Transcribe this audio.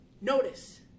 Notice